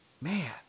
Man